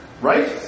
Right